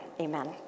Amen